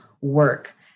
work